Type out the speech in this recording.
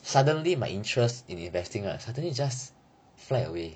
suddenly my interest in investing right suddenly just fly away